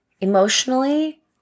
emotionally